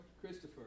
Christopher